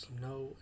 no